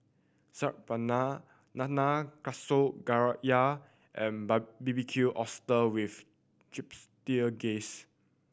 Saag Paneer Nanakusa Gayu and Barbecued Oyster with Chipotle Glaze